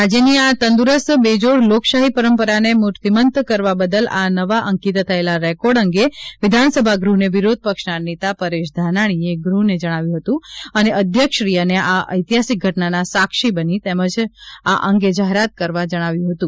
રાજ્યની આ તંદુરસ્ત બેજોડ લોકશાહી પરંપરાને મૂર્તિમંત કરવા બદલ આ નવા અંકિત થયેલા રેકોર્ડ અંગે વિધાનસભા ગૃહને વિરોધ પક્ષના નેતા પરેશ ધાનાણીએ ગૃહને જણાવ્યું હતું અને અધ્યક્ષશ્રી ને આ ઐતિહાસિક ઘટનાના સાક્ષી બની તેમને જ આ અંગે જાહેરાત કરવા જણાવ્યું હતું